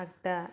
आग्दा